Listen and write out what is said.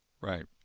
Right